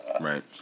Right